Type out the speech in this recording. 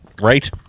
Right